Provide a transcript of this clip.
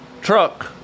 truck